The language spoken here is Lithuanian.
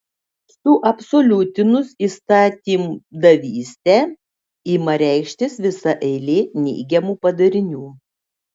suabsoliutinus įstatymdavystę ima reikštis visa eilė neigiamų padarinių